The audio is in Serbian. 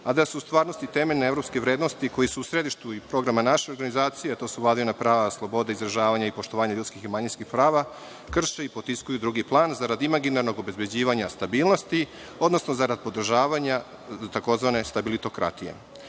a da se u stvarnosti teme na evropske vrednosti, koji su u središtu i programa naše organizacije, a to su vladina prava, slobode izražavanja i poštovanja ljudskih i manjinskih prava, krše i potiskuju u drugi plan zarad imaginarnog obezbeđivanja stabilnosti, odnosno zarad podržavanja tzv. stabilitokratije. Proces